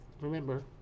remember